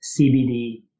CBD